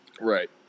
right